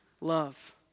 love